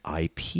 IP